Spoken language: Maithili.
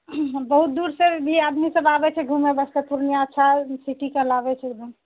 बहुत दूरसँ भी आदमी सब आबए छै घुमए वास्ते पूर्णिया अच्छा सिटी कहलाबै छै एकदम